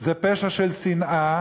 זה פשע של שנאה